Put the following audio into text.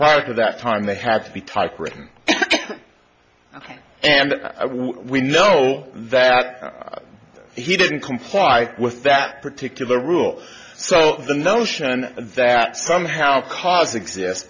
at that time they had to be typewritten and we know that he didn't comply with that particular rule so the notion that somehow cause exist